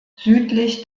südlich